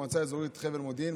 מועצה אזורית חבל מודיעין,